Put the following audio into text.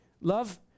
Love